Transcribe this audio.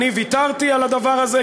אני ויתרתי על הדבר הזה,